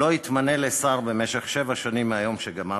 לא יתמנה לשר במשך שבע שנים מהיום שגמר